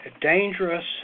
dangerous